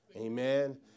Amen